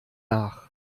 nach